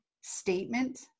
statement